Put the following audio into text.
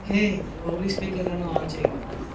హే Olly స్పీకర్లను on చేయి